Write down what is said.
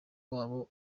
wabo